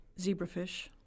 zebrafish